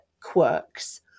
quirks